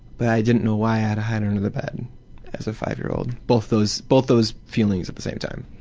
but i didn't know why i had ah to hide under the bed as a five-year-old. both those both those feelings at the same time.